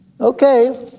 Okay